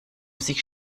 sich